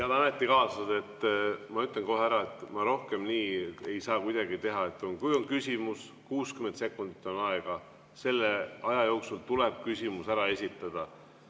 Head ametikaaslased, ma ütlen kohe ära, et ma rohkem nii ei saa kuidagi teha. Kui on küsimus, 60 sekundit on aega, selle aja jooksul tuleb küsimus ära esitada.